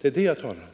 Det är det jag talar om.